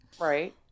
Right